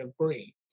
agree